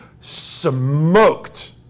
smoked